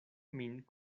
min